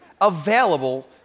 available